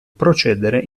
procedere